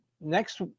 Next